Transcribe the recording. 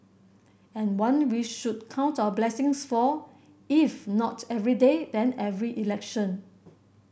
and one we should count our blessings for if not every day then every election